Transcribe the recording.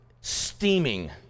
steaming